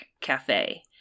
Cafe